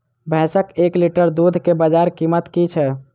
भैंसक एक लीटर दुध केँ बजार कीमत की छै?